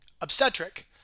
Obstetric